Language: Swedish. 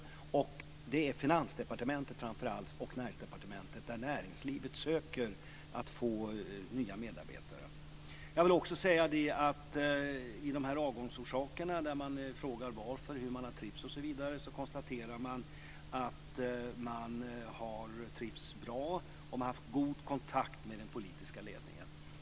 Det är framför allt från Finansdepartementet och Näringsdepartementet som näringslivet söker nya medarbetare. I fråga om avgångsorsakerna - där det frågas om orsaken till avgången, hur vederbörande har trivts osv. - konstateras det att man har trivts bra och att man har haft god kontakt med den politiska ledningen.